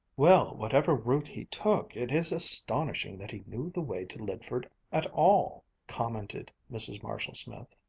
well, whatever route he took, it is astonishing that he knew the way to lydford at all, commented mrs. marshall-smith.